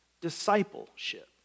discipleship